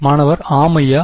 மாணவர் ஆம் ஐயா